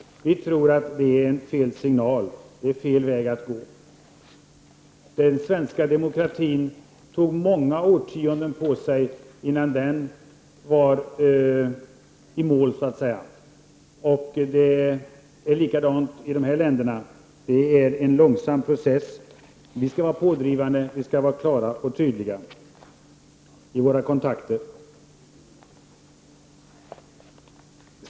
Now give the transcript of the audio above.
Vi tror att det ger fel signaler och att det är fel väg att gå. Det tog många årtionden innan den svenska demokratin ”kom i mål”. Det är likadant i dessa länder. Det är en långsam process. Vi skall vara pådrivande, och vi skall vara klara och tydliga i våra kontakter.